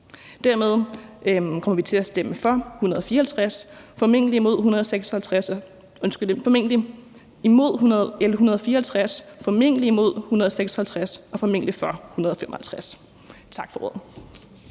Dermed kommer vi til at stemme imod L 154, formentlig imod L 156 og formentlig for L 155. Tak for ordet.